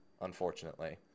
unfortunately